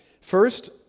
First